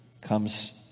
comes